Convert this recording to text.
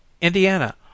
Indiana